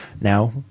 Now